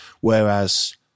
Whereas